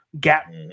gap